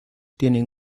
tienen